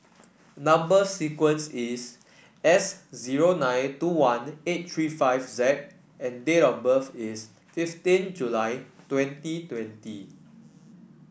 number sequence is S zero nine two one eight three five Z and date of birth is fifteen July twenty twenty